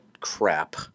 crap